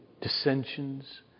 dissensions